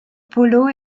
polo